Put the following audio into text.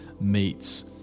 meets